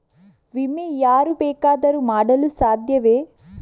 ವಿಮೆ ಯಾರು ಬೇಕಾದರೂ ಮಾಡಲು ಸಾಧ್ಯವೇ?